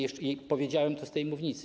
I powiedziałem to z tej mównicy.